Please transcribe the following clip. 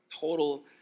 total